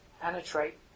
penetrate